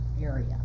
area